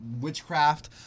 witchcraft